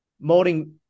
molding